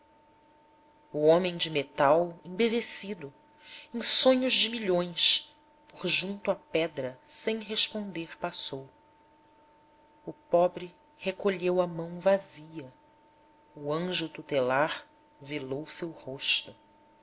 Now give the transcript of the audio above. o homem de metal embevecido em sonhos de milhões por junto à pedra sem responder passou o pobre recolheu a mão vazia o anjo tutelar velou seu rosto